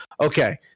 Okay